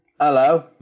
Hello